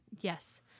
yes